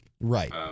Right